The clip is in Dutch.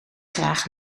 graag